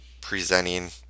presenting